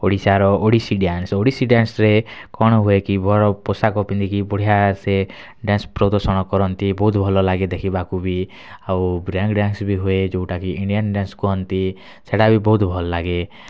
ଓଡ଼ିଶାର ଓଡ଼ିଶୀ ଡାନ୍ସ୍ ଓଡ଼ିଶୀ ଡାନ୍ସରେ କ'ଣ ହୁଏ କି ବର ପୋଷାକ ପିନ୍ଧିକି ବଢ଼ିଆସେ ଡ଼ାନ୍ସ୍ ପଦର୍ଶନ କରନ୍ତି ବହୁତ୍ ଭଲ ଲାଗେ ଦେଖିବାକୁ ବି ଆଉ ବ୍ରେଁକ୍ ଡ଼ାନ୍ସ୍ ବି ହୁଏ ଯଉଟାକୁ ଇଣ୍ଡିଆନ୍ ଡ଼ାନ୍ସ୍ ବି କୁହନ୍ତି ସେଟାବି ବହୁତ୍ ଭଲ୍ ଲାଗେ